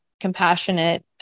compassionate